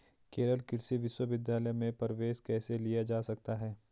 केरल कृषि विश्वविद्यालय में प्रवेश कैसे लिया जा सकता है?